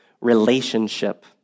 relationship